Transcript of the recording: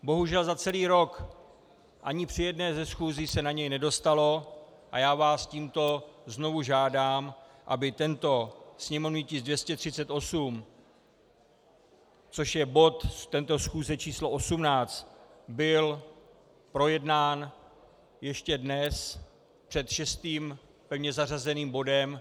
Bohužel, za celý rok ani při jedné ze schůzí se na něj nedostalo a já vás tímto znovu žádám, aby tento sněmovní tisk 238, což je bod této schůze číslo 18, byl projednán ještě dnes před šestým pevně zařazeným bodem.